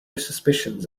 suspicions